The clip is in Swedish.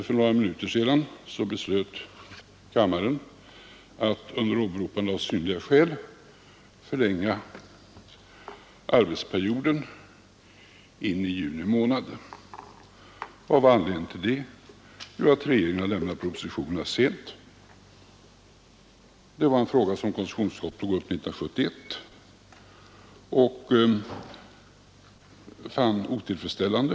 För några minuter sedan beslöt kammaren under åberopande av synnerliga skäl att förlänga arbetsperioden in i juni månad. Vad var anledningen till det? Jo, anledningen är att regeringen har lämnat propositionerna så sent. Det är en fråga som konstitutionsutskottet tog upp också 1971 och då fann otillfredsställande.